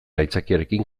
aitzakiarekin